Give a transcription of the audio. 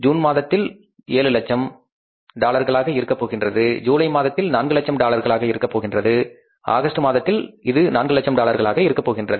June மாதத்திற்கு அது 700000 டாலர்களாக இருக்க போகின்றது ஜூலை மாதத்தில் 400000 டாலர்களாக இருக்க போகின்றது ஆகஸ்ட் மாதத்தில் இது 400000 டாலராக இருக்க போகின்றது